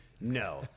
No